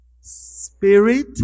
spirit